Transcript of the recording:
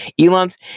Elon's